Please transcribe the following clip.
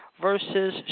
versus